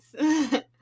Yes